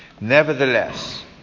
Nevertheless